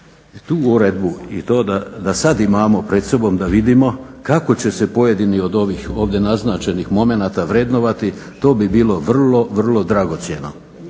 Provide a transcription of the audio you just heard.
Tu uredbu i to da sad imamo pred sobom da vidimo kako će se pojedini od ovih ovdje naznačenih momenata vrednovati, to bi bilo vrlo, vrlo dragocjeno,